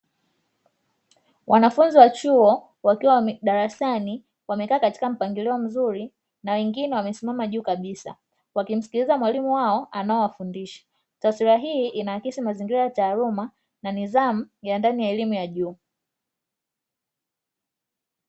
Wanafunzi wa chuo wakiwa darasani wamekaa katika mpangilio mzuri na wengine wamesimama juu kabisa, wakimsikiliza mwalimu wao anayewafundisha. Taswira hii inaakisi mazingira ya taaluma na nidhamu ya ndani ya elimu ya juu.